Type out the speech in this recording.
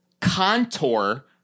contour